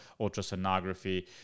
ultrasonography